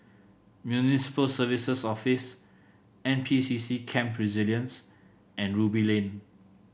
Municipal Services Office N P C C Camp Resilience and Ruby Lane